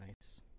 Nice